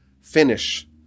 finish